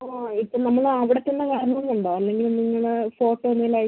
അപ്പോൾ ഇപ്പം നമ്മൾ അവിടെത്തന്നെ ഇറങ്ങുന്നുണ്ടോ അല്ലെങ്കിൽ നിങ്ങൾ ഫോട്ടോ മെയിൽ അയച്ചി